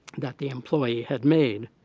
that the employee had made.